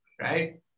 Right